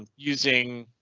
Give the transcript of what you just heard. ah using.